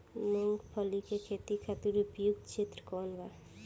मूँगफली के खेती खातिर उपयुक्त क्षेत्र कौन वा?